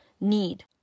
need